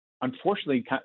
Unfortunately